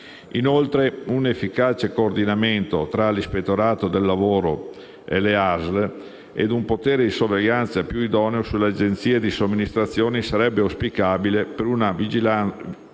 inoltre, un efficace coordinamento tra l'Ispettorato nazionale del lavoro e le ASL ed un potere di sorveglianza più idoneo sulle agenzie di somministrazione sarebbe auspicabile per una vigilanza